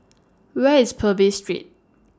Where IS Purvis Street